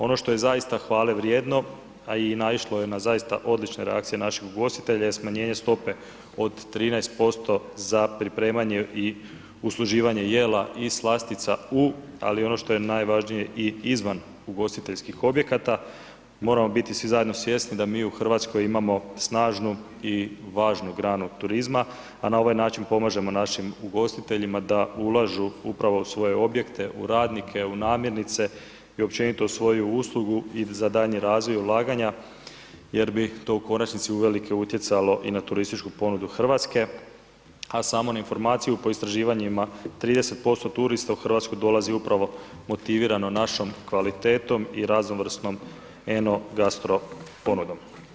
Ono što je zaista hvale vrijedno, a i naišlo je na zaista odlične reakcije naših ugostitelja je smanjenje stope od 13% za pripremanje i usluživanje jela i slastica u, ali ono što je najvažnije i izvan ugostiteljskih objekata, moramo biti svi zajedno svjesni da mi u RH imamo snažnu i važnu granu turizma, a na ovaj način pomažemo našim ugostiteljima da ulažu upravo u svoje objekte, u radnike, u namirnice i općenito u svoju uslugu i za daljnji razvoj i ulaganja jer bi to u konačnici uvelike utjecalo i na turističku ponudu RH, a samo na informaciju po istraživanjima 30% turista u RH dolazi upravo motivirano našom kvalitetom i raznovrsnom enogastro ponudom.